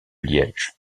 liège